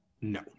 No